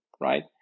right